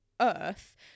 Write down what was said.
earth